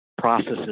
processes